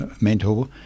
mentor